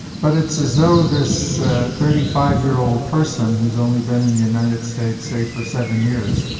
but it's as though this thirty five year old person who's only been in the united states say for seven years,